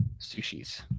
sushis